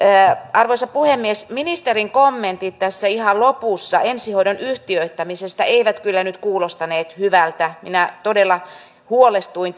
arvoisa puhemies ministerin kommentit ihan lopussa ensihoidon yhtiöittämisestä eivät kuulostaneet hyvältä minä todella huolestuin